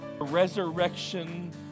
Resurrection